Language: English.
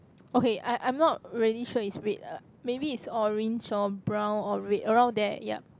okay I I'm not really sure is red uh maybe is orange or brown or red around there ya